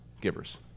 givers